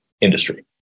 industry